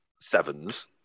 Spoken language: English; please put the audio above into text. Sevens